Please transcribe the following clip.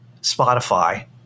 Spotify